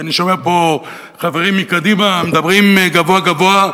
כי אני שומע פה חברים מקדימה מדברים גבוהה-גבוהה.